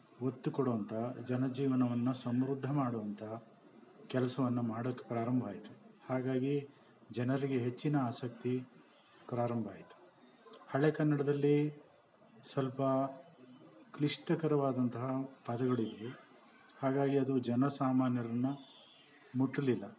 ಒತ್ತು ಕೊಡುವಂಥ ಜನ ಜೀವನವನ್ನು ಸಮೃದ್ಧ ಮಾಡುವಂಥ ಕೆಲ್ಸವನ್ನು ಮಾಡೋಕೆ ಪ್ರಾರಂಭ ಆಯಿತು ಹಾಗಾಗಿ ಜನರಿಗೆ ಹೆಚ್ಚಿನ ಆಸಕ್ತಿ ಪ್ರಾರಂಭ ಆಯಿತು ಹಳೆ ಕನ್ನಡದಲ್ಲಿ ಸ್ವಲ್ಪ ಕ್ಲಿಷ್ಟಕರವಾದಂತಹ ಪದಗಳು ಇದ್ದವು ಹಾಗಾಗಿ ಅದು ಜನ ಸಾಮಾನ್ಯರನ್ನು ಮುಟ್ಟಲಿಲ್ಲ